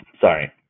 sorry